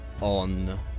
on